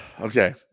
okay